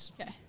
Okay